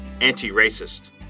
anti-racist